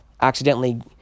accidentally